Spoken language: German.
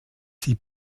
sie